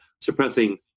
suppressing